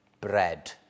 bread